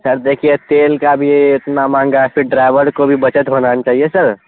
سر دیکھیے تیل کا بھی اتنا مہنگا ہے پھر ڈرائیور کو بھی بچت ہونا نا چاہیے سر